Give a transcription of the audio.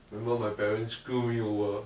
remember my parents screw me over